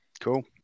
Cool